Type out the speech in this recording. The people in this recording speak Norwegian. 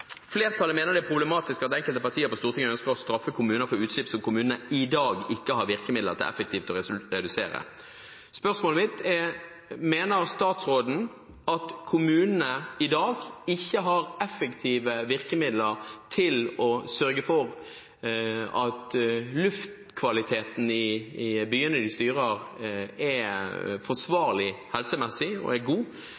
flertallet, fra Høyre, Fremskrittspartiet, Kristelige Folkeparti og Venstre, at «det er problematisk at enkelte partier på Stortinget ønsker å straffe kommuner for utslipp som kommunene i dag ikke har virkemidler til effektivt å redusere». Vi er selvfølgelig fullstendig enig i at det er meningsløst å bøtelegge kommuner som ikke har mulighet eller virkemidler til å innføre kravene. Det er